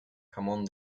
jamón